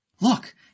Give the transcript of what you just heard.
Look